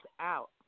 out